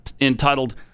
entitled